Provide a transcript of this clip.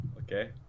Okay